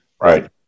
right